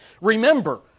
Remember